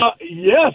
yes